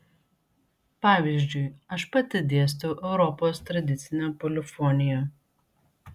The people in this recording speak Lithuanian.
pavyzdžiui aš pati dėstau europos tradicinę polifoniją